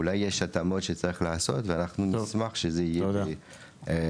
אולי יש התאמות שיש לעשות ואנחנו נשמח שזה יהיה בהדברות.